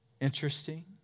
Interesting